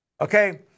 Okay